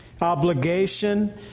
obligation